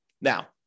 Now